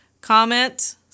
Comment